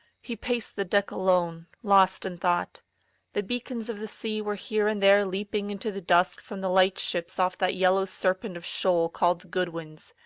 he paced the deck alone, lost in thought the beacons of the sea were here and there leaping into the dusk from the lightships off that yellow serpent of shoal called the goodwins,